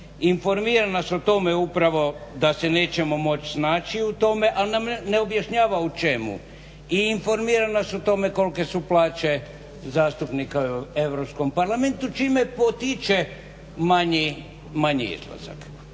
Informira nas o tome upravo da se nećemo moći snaći u tome, ali nam ne objašnjava u čemu, i informira nas o tome kolike su plaće zastupnika u Europskom parlamentu čime potiče manji izlazak.